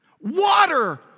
Water